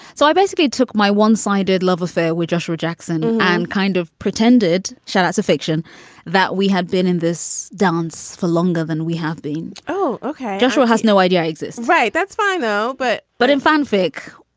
so i basically took my one sided love affair with joshua jackson and kind of pretended charlotte's affection that we have been in this dance for longer than we have been. oh, ok. joshua has no idea i exist. right. that's fine, though. but but in fanfic,